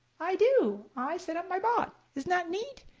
i do, i set up my bot. isn't that neat?